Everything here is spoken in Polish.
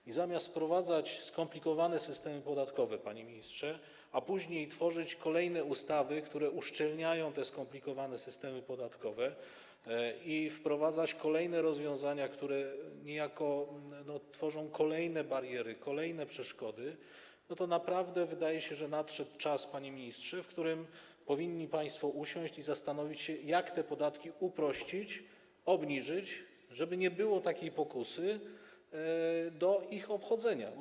I zamiast wprowadzać skomplikowane systemy podatkowe, panie ministrze, a później tworzyć kolejne ustawy, które uszczelniają te skomplikowane systemy podatkowe, i wprowadzać kolejne rozwiązania, które niejako tworzą kolejne bariery, kolejne przeszkody, naprawdę, wydaje się, że nadszedł czas, panie ministrze, w którym powinni państwo usiąść i zastanowić się, jak te podatki uprościć, obniżyć, żeby nie było pokusy do obchodzenia tego.